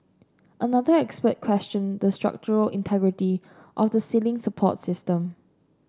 another expert questioned the structural integrity of the ceiling support system